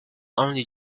only